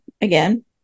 again